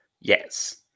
yes